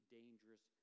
dangerous